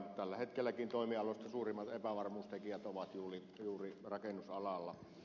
tällä hetkelläkin toimialoista suurimmat epävarmuustekijät ovat juuri rakennusalalla